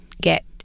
get